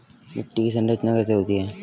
मिट्टी की संरचना कैसे होती है?